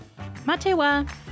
Matewa